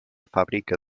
fàbrica